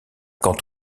quand